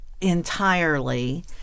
entirely